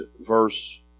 verse